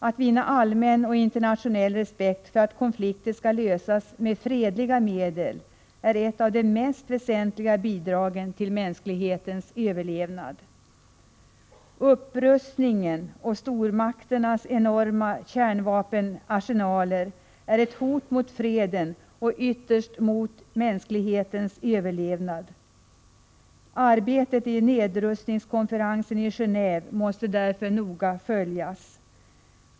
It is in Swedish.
Det vore ett av de mest väsentliga bidragen till mänsklighetens överlevnad om vi vann allmän och internationell respekt för att konflikter skall lösas med fredliga medel. Upprustningen och stormakternas enorma kärnvapenarsenaler är ett hot mot freden och, ytterst, mot mänsklighetens överlevnad. Arbetet vid nedrustningskonferensen i Gendve måste därför noga följas.